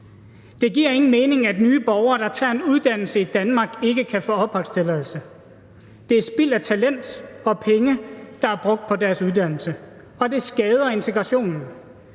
Det giver ingen mening, at nye borgere, der tager en uddannelse i Danmark, ikke kan få opholdstilladelse. Det er spild af talent og penge, der er brugt på deres uddannelse, og det skader integrationen.